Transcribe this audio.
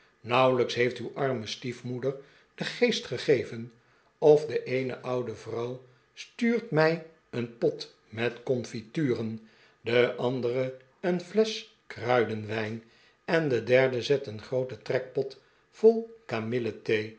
nauw'elijks heeft uw arme stiefmoeder den geest gegeven of de eene oude vrouw stuurt mij een pot met confituren de andere een flesch kruidenwijn en de derde zet een grooten trekpot vol